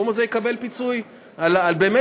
יקבל פיצוי באמת,